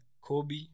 Kobe